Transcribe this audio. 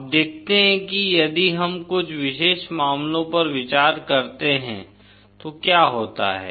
अब देखते हैं कि यदि हम कुछ विशेष मामलों पर विचार करते हैं तो क्या होता है